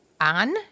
on